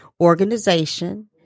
organization